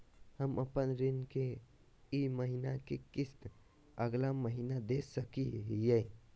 हम अपन ऋण के ई महीना के किस्त अगला महीना दे सकी हियई?